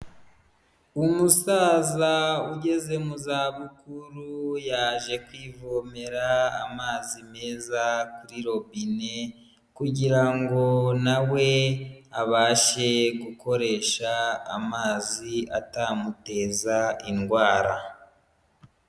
Umusaza ugeze mu za bukuru yaje kwivomera amazi meza kuri robine kugira ngo nawe abashe gukoresha amazi atamuteza indwara.